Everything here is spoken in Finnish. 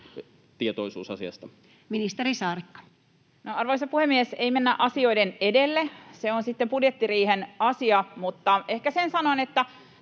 tietoisuus asiasta? Ministeri Saarikko. Arvoisa puhemies! Ei mennä asioiden edelle, se on sitten budjettiriihen asia. Mutta ehkä sen sanon, että